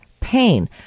pain